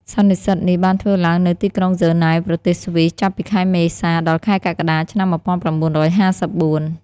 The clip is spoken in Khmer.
សន្និសីទនេះបានធ្វើឡើងនៅទីក្រុងហ្សឺណែវ ប្រទេសស្វីស ចាប់ពីខែមេសា ដល់ខែកក្កដា ឆ្នាំ១៩៥៤។